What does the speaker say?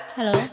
Hello